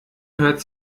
hört